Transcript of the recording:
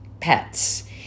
pets